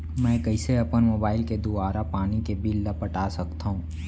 मैं कइसे अपन मोबाइल के दुवारा पानी के बिल ल पटा सकथव?